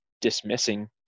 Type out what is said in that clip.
dismissing